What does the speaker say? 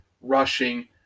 rushing